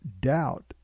doubt